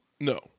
No